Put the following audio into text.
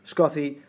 Scotty